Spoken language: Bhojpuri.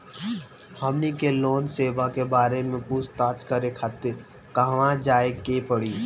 हमनी के लोन सेबा के बारे में पूछताछ करे खातिर कहवा जाए के पड़ी?